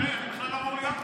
אני בכלל לא אמור להיות פה,